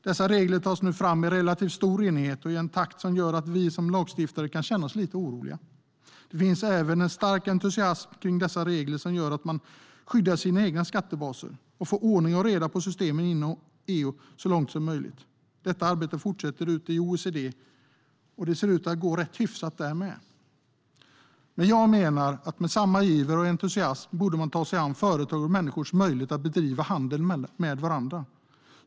Dessa regler tas nu fram i relativt stor enighet och i en takt som gör att vi som lagstiftare kan känna oss lite oroliga. Det finns även en stark entusiasm kring dessa regler som gör att man skyddar sina egna skattebaser och får ordning och reda i systemen inom EU så långt som möjligt. Detta arbete fortsätter ut i OECD, och det ser ut att gå rätt hyfsat där med. Jag menar att man med samma iver och entusiasm borde ta sig an företags och människors möjlighet att bedriva handel med varandra.